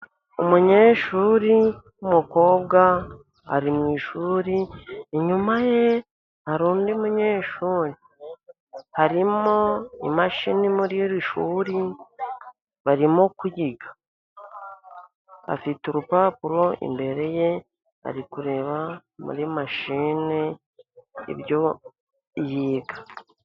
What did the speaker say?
Umunyeshuri w'umukobwa ari mu ishuri, inyuma ye hari undi munyeshuri, harimo imashini muri iri shuri arimo kwiga. Afite urupapuro imbere ye, ari kureba muri mashine ibyo yiga.